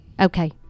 Okay